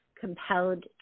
compelled